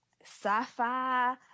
sci-fi